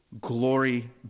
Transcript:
glory